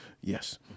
yes